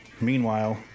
Meanwhile